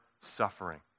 suffering